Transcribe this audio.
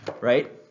Right